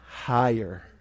Higher